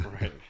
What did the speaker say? Right